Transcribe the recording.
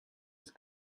ist